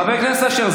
חבר הכנסת אשר,